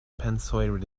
pensoj